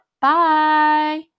Bye